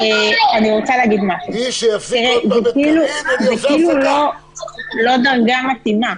זו כאילו לא דרגה מתאימה.